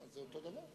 זה אותו דבר.